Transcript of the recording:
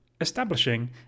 Establishing